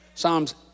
Psalms